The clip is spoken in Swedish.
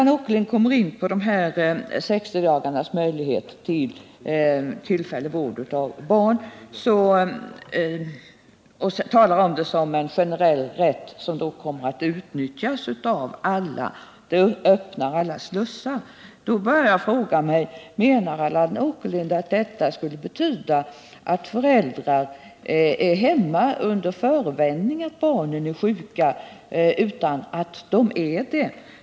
Allan Åkerlind kom in på frågan om rätt till 60 dagars ledighet för tillfällig vård av barn och talade om den som en generell rätt som kommer att utnyttjas av alla, att den öppnar alla slussar, och då måste jag fråga: Menar Allan Åkerlind att detta skulle innebära att föräldrar är hemma under förevändning att barnen är sjuka utan att de är det?